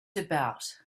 about